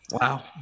wow